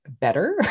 better